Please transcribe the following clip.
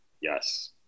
yes